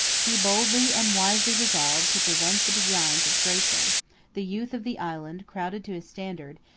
he boldly and wisely resolved to prevent the designs of gratian the youth of the island crowded to his standard,